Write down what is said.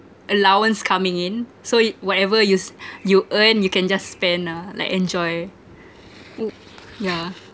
allowance coming in so i~ whatever you s~ you earn you can just spend ah like enjoy yeah